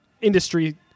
industry